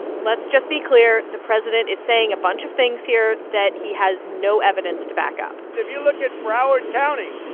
let's just be clear, the president is saying a bunch of things here that he has no evidence to back up if you look at broward county,